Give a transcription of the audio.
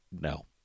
no